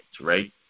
right